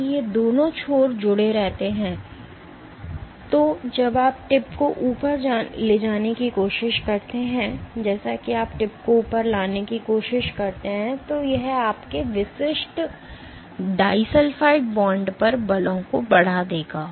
यदि ये दोनों छोर जुड़े रहते हैं तो जब आप टिप को ऊपर लाने की कोशिश करते हैं जैसा कि आप टिप को ऊपर लाने की कोशिश करते हैं तो यह आपके विशिष्ट डाइसल्फ़ाइड बॉन्ड पर बलों को बढ़ा देगा